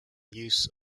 use